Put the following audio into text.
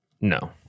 no